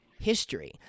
History